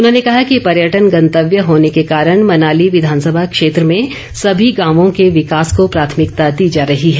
उन्होंने कहा कि पर्यटन गंतव्य होने के कारण मनाली विधानसभा क्षेत्र में सभी गांवों के विकास को प्राथमिकता दी जा रही है